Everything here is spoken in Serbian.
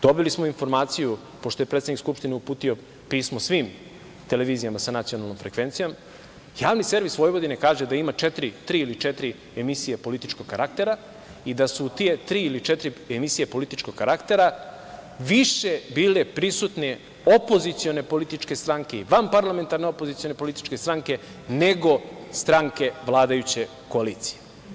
Dobili smo informaciju, pošto je predsednik Skupštine uputio pismo svim televizijama sa nacionalnom frekvencijom, Javni servis Vojvodine kaže da ima tri ili četiri emisije političkog karaktera i da su u te tri ili četiri emisije političkog karaktera više bile prisutne opozicione političke stranke i vanparlamentarne opozicione političke stranke nego stranke vladajuće koalicije.